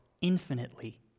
infinitely